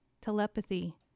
telepathy